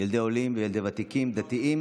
ילדי עולים וילדי ותיקים, דתיים